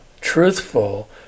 truthful